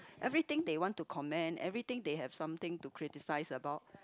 everything they want to comment everything they have something to criticize about